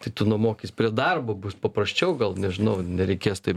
tai tu nuomokis prie darbo bus paprasčiau gal nežinau nereikės taip